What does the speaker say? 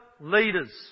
leaders